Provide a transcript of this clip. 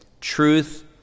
Truth